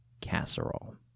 casserole